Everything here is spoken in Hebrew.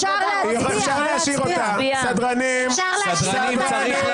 חבר הכנסת רוטמן, אתה --- מופע אימים.